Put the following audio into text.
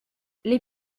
les